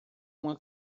uma